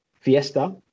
Fiesta